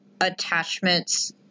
attachments